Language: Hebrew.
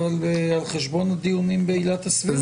אבל על חשבון הדיונים בעילת הסבירות...